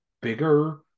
bigger